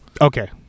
okay